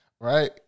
right